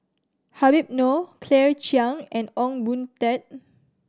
Habib Noh Claire Chiang and Ong Boon Tat